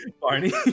Barney